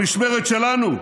במשמרת שלנו,